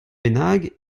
bennak